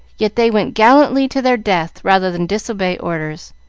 yet they went gallantly to their death rather than disobey orders.